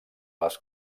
les